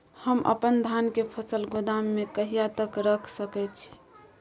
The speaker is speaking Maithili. हम अपन धान के फसल गोदाम में कहिया तक रख सकैय छी?